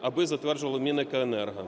аби затверджувало Мінекоенерго.